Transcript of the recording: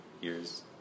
years